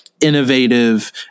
innovative